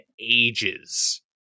ages